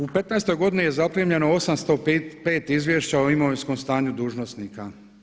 U 2015. godini je zaprimljeno 805 izvješća o imovinskom stanju dužnosnika.